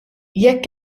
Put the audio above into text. jekk